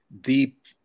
deep